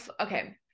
okay